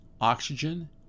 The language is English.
oxygen